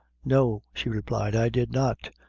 no, she replied, i did not.